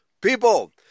people